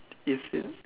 is it